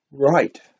right